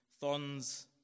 thorns